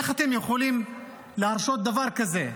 איך אתם יכולים להרשות דבר כזה?